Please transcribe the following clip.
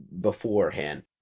beforehand